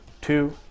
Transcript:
two